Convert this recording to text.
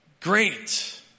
Great